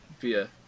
via